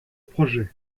projets